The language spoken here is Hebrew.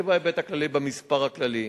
זה בהיבט הכללי, במספר הכללי.